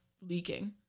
leaking